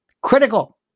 Critical